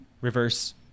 reverse